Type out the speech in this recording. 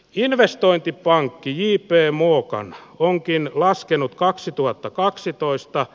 investointipankki jiipee mokan onkin laskenut kaksituhattakaksitoista